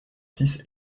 six